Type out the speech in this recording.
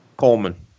Coleman